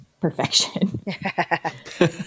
Perfection